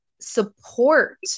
support